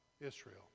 Israel